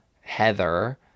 Heather